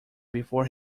before